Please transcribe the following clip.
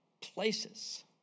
places